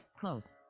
close